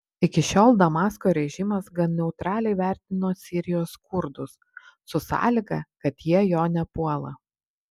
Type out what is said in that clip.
iki šiol damasko režimas gan neutraliai vertino sirijos kurdus su sąlyga kad jie jo nepuola